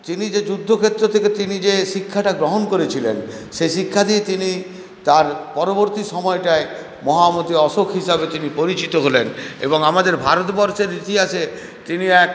তিনি যে যুদ্ধক্ষেত্র থেকে তিনি যে শিক্ষাটা গ্রহণ করেছিলেন সে শিক্ষা যে তিনি তার পরবর্তী সময়টায় মহামতি অশোক হিসেবে তিনি পরিচিত হলেন এবং আমাদের ভারতবর্ষের ইতিহাসে তিনি এক